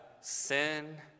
sin